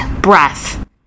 breath